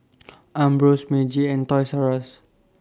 Ambros Meiji and Toys R US